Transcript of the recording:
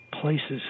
places